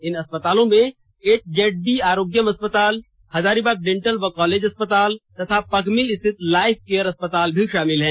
इन अस्पतालों में एचजेडबी आरोग्यम अस्पताल हजारीबाग डेंटल व कॉलेज अस्पताल तथा पगमिल स्थित लाइफ केयर अस्पताल शामिल हैं